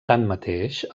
tanmateix